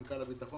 הביטחון